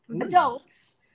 Adults